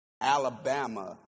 Alabama